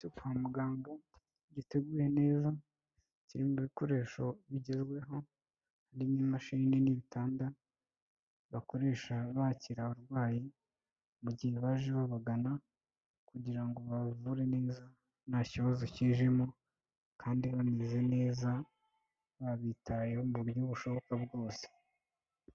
Icyumba cyo kwa muganga giteguye neza kirimo ibikoresho bigezweho haririmo'imashini n'ibitanda bakoresha bakira abarwayi mu gihe baje babagana kugira ngo bavure neza nta kibazo kijemo kandi bameze neza babitayeho mu buryo bushoboka bwose.